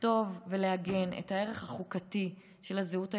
לכתוב ולעגן את הערך החוקתי של הזהות היהודית,